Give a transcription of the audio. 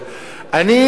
אני אומר,